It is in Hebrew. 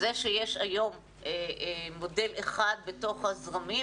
זה שיש היום מודל אחד בתוך הזרמים,